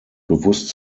bewusst